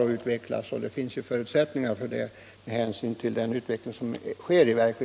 Den utveckling som skett i verkligheten ger goda förutsättningar härför.